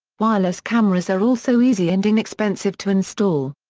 wireless cameras are also easy and inexpensive to install.